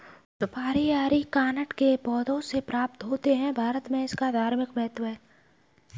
सुपारी अरीकानट के पौधों से प्राप्त होते हैं भारत में इसका धार्मिक महत्व है